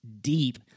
deep